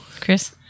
Chris